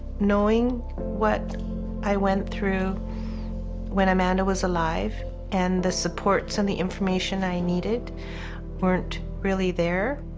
knowing what i went through when amanda was alive and the supports and the information i needed weren't really there,